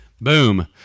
Boom